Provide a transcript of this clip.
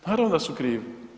Naravno da su krivi.